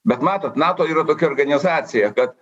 bet matot nato yra tokia organizacija kad